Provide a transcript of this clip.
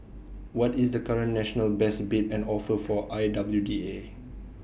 what is the current national best bid and offer for I W D A